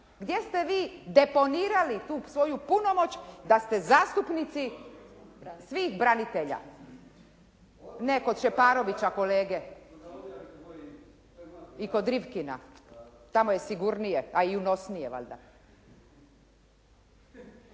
gdje ste vi deponirali tu svoju punomoć da ste zastupnici svih branitelja. Ne kod Šeparovića kolege. …/Upadica se ne čuje./… I kod Rifkina. Tamo je sigurnije a i unosnije valjda.